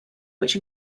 which